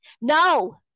No